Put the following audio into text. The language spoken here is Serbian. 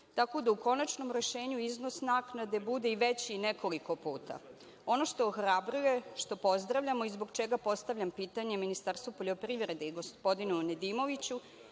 tako da u konačnom rešenju iznos naknade bude i veći nekoliko puta. Ono što ohrabruje, što pozdravljamo i zbog čega postavljam pitanje Ministarstvu poljoprivrede i gospodinu Nedimoviću